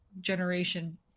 generation